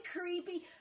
creepy